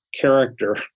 character